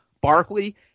Barkley